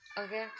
okay